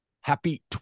happy